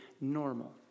normal